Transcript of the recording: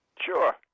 Sure